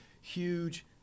huge